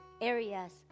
areas